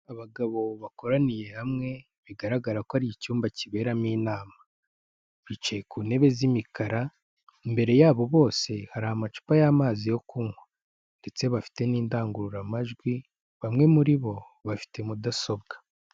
Abagabo bakoraniye hamwe bigaragara ko ari icyumba kiberamo inama, bicaye ku ntebe z'imikara, imbere yabo bose hari amacupa y'amazi yo kunywa ndetse bafite n'indangururamajwi, bamwe muri bo bafite mudasobwa.